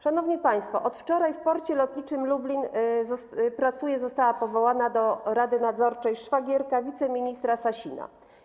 Szanowni państwo, od wczoraj w Porcie Lotniczym Lublin pracuje, została powołana do rady nadzorczej szwagierka wiceministra Sasina.